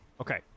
Okay